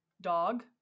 dog